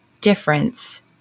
difference